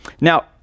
now